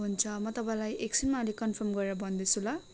हुन्छ म तपाईँलाई एकछिनमा अलिक कन्फर्म गरेर भन्दैछु ल